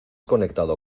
conectado